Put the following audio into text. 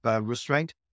restraint